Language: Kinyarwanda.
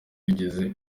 yigeze